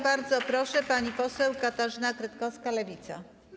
Bardzo proszę, pani poseł Katarzyna Kretkowska, Lewica.